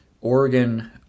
Oregon